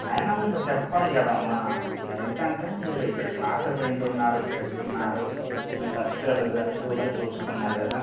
అయిన నాకు చెప్పాలి కదమ్మ ఎందుకంటే మీరు ఇక్కడ క్లాసెస్ వింటున్నారు చేస్తున్నారు మీరు ఫస్ట్ ఇయర్ రిసల్ట్స్ కూడా చూసుకున్నారు కదా